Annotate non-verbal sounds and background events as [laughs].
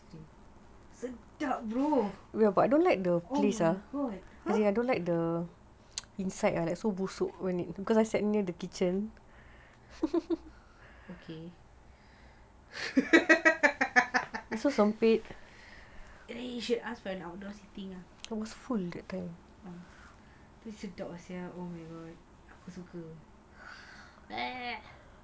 sedap bro oh my god okay [laughs] then you should ask for an outside seating ah so sedap ah sia oh my god aku suka [noise]